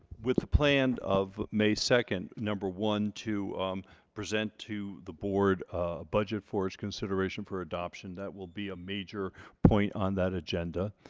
with the planned of may second number one to present to the board budget for its consideration for adoption that will be a major point on that agenda